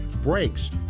brakes